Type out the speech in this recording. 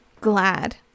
glad